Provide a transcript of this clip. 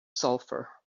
sulfur